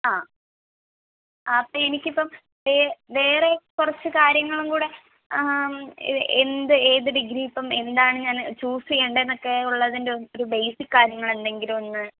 ആ അപ്പം എനിക്കിപ്പം വേ വേറെ കുറച്ചു കാര്യങ്ങളും കൂടെ എന്ത് ഏതു ഡിഗ്രിയിപ്പം എന്താണ് ഞാൻ ചൂസ് ചെയ്യേണ്ടതെന്നൊക്കെ ഉള്ളതിൻറെ ഒരു ബേസിക് കാര്യങ്ങളെന്തെങ്കിലുമൊന്ന്